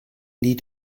nie